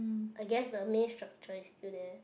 I guess the main structure is still there